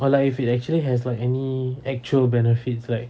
or like if it actually has like any actual benefits like